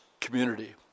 community